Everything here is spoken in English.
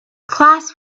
class